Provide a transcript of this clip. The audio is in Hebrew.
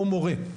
או מורה,